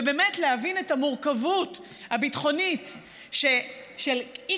ובאמת להבין את המורכבות הביטחונית של אי-כניסה